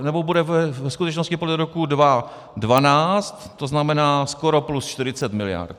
Nebo bude ve skutečnosti podle roku 2012, to znamená skoro plus 40 mld.